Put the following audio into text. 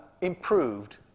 improved